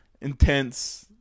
intense